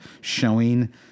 showing